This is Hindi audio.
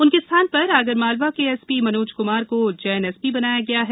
उनके स्थान धर आगरमालवा के एसपी मनोज क्मार को उज्जैन एसपी बनाया गया है